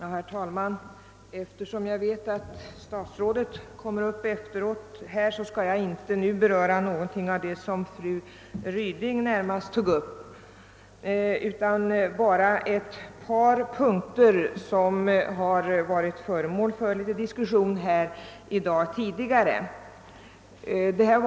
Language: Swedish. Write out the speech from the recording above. Herr talman! Eftersom jag vet att statsrådet kommer att gå upp i debatten efter mig, skall jag nu inte beröra någonting av det som fru Ryding närmast tog upp utan bara ta upp ett par punkter som tidigare diskuterats under dagens debatt.